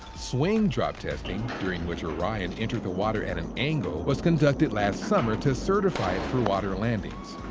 swing drop testing, during which orion entered the water at an angle, was conducted last summer to certify it for water landings.